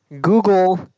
Google